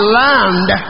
land